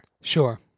Sure